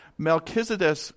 Melchizedek